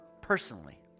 personally